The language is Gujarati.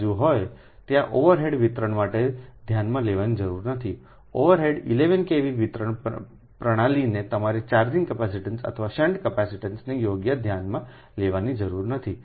બાજુ હોય ત્યાં ઓવરહેડ વિતરણ માટે ધ્યાનમાં લેવાની જરૂર નથીઓવરહેડ 11 KV વિતરણ પ્રણાલીને તમારા ચાર્જિંગ કેપેસિટીન્સ અથવા શંટ કેપેસિટેન્સને યોગ્ય ધ્યાનમાં લેવાની જરૂર નથી